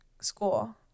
school